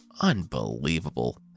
Unbelievable